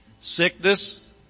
sickness